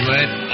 Let